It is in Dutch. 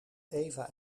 eva